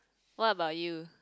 what about you